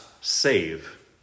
save